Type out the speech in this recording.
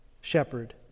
shepherd